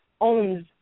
owns